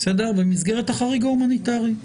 במסגרת החריג ההומניטרי.